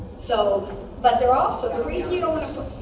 so but they're also the reason you dont want to